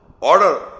order